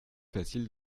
facile